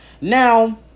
Now